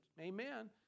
amen